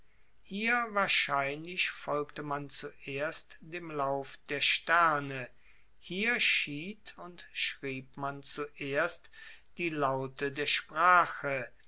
hier wahrscheinlich folgte man zuerst dem lauf der sterne hier schied und schrieb man zuerst die laute der sprache